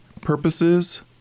purposes